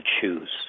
choose